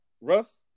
Russ